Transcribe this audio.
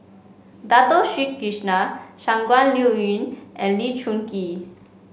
Dato Sri Krishna Shangguan Liuyun and Lee Choon Kee